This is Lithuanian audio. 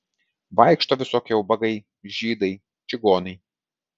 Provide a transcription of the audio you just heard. vaikšto visokie ubagai žydai čigonai